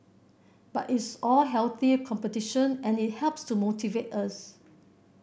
but it's all healthy competition and it helps to motivate us